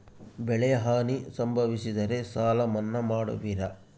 ಬೆಳೆಹಾನಿ ಸಂಭವಿಸಿದರೆ ಸಾಲ ಮನ್ನಾ ಮಾಡುವಿರ?